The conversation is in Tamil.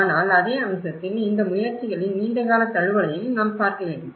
ஆனால் அதே அம்சத்தில் இந்த முயற்சிகளின் நீண்டகால தழுவலையும் நாம் பார்க்க வேண்டும்